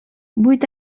vuit